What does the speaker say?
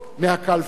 מהקלפיות.